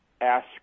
ask